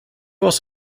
was